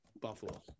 Buffalo